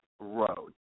Road